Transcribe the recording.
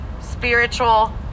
spiritual